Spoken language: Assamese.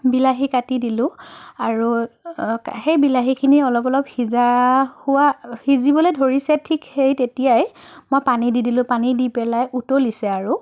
বিলাহী কাটি দিলোঁ আৰু সেই বিলাহীখিনি অলপ অলপ সিজা হোৱা সিজিবলৈ ধৰিছে ঠিক সেই তেতিয়াই মই পানী দি দিলোঁ পানী দি পেলাই উতলিছে আৰু